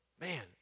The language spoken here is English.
man